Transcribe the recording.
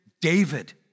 David